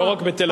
לא רק בתל-אביב.